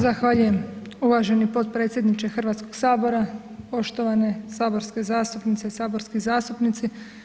Zahvaljujem uvaženi potpredsjedniče Hrvatskog sabora, poštovane saborske zastupnice i saborski zastupnici.